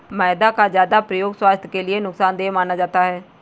मैदा का ज्यादा प्रयोग स्वास्थ्य के लिए नुकसान देय माना जाता है